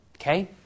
Okay